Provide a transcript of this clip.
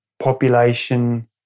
population